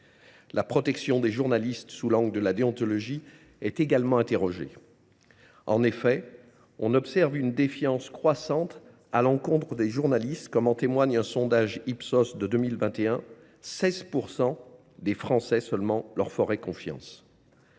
La protection des journalistes sous l’angle de la déontologie doit également être interrogée. En effet, l’on observe une défiance croissante à l’encontre des journalistes, comme en témoigne un sondage Ipsos de 2021 : 16 % des Français, seulement, leur feraient confiance.